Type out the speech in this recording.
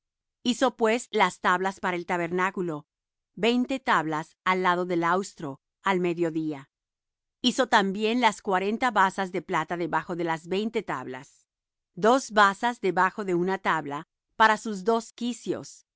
harás pues las tablas del tabernáculo veinte tablas al lado del mediodía al austro y harás cuarenta basas de plata debajo de las veinte tablas dos basas debajo de la una tabla para sus dos quicios